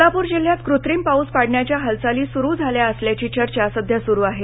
सोलापूर जिल्ह्यात कृत्रिम पाऊस पाडण्याच्या हालचाली सुरु झाल्या असल्याची चर्चा सध्या सुरु आहे